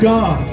God